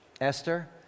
Esther